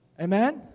Amen